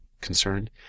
concerned